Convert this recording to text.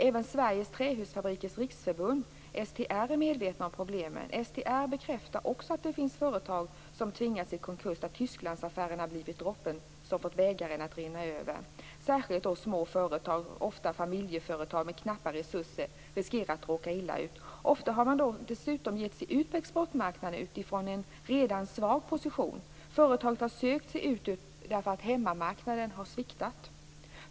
Även Sveriges trähusfabrikers riksförbund, STR, är medvetet om problemet. STR bekräftar också att det finns företag som tvingats i konkurs när Tysklandsaffärerna blivit droppen som fått bägaren att rinna över. Särskilt små företag och ofta familjeföretag med knappa resurser riskerar att råka illa ut. Ofta har man dessutom gett sig ut på exportmarknaden utifrån en redan svag position. Företaget har sökt sig ut därför att hemmamarknaden har sviktat.